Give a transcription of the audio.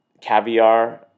caviar